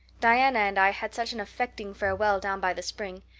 diana and i had such an affecting farewell down by the spring.